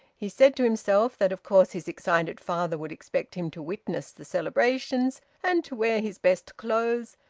he said to himself that of course his excited father would expect him to witness the celebrations and to wear his best clothes,